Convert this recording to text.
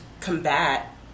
combat